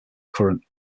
current